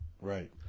Right